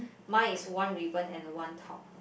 mine is one ribbon and one top